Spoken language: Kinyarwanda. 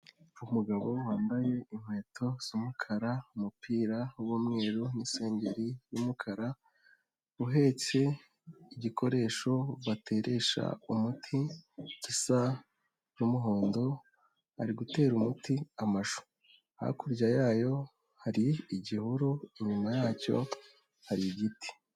Umugabo wambaye inkweto z'umukara, umupira w'umweru n'isengeri y'umukara, uhetse igikoresho bateresha umuti gisa n'umuhondo, ari gutera umuti amashu, hakurya yayo hari igihuru, inyuma yacyo hari igiti.